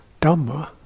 Dhamma